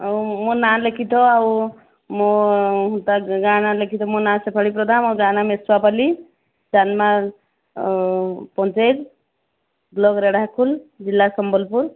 ଆଉ ମୋ ନାଁ ଲେଖିଥାଅ ଆଉ ମୋ ହିତ ଗାଁ ନାଁ ଲେଖିଥାଅ ମୋ ନାଁ ଶେଫାଳି ପ୍ରଧାନ ମୋ ଗାଁ ନାଁ ମେସୁଆପଲି ଚାରମାଲ ପଞ୍ଚାୟତ ବ୍ଲକ୍ ରେଢ଼ାଖୋଲ ଜିଲ୍ଲା ସମ୍ବଲପୁର